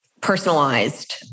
personalized